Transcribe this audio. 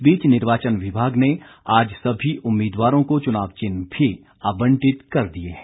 इस बीच निर्वाचन विभाग ने आज सभी उम्मीदवारों को चुनाव चिन्ह भी आबंटित कर दिए हैं